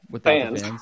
fans